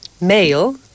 male